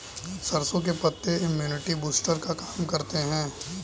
सरसों के पत्ते इम्युनिटी बूस्टर का काम करते है